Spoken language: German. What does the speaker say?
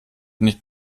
nicht